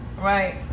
right